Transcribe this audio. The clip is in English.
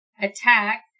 attack